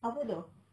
apa tu